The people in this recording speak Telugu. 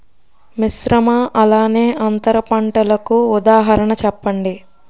మిశ్రమ అలానే అంతర పంటలకు ఉదాహరణ చెప్పండి?